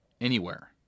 Anywhere